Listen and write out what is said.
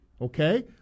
okay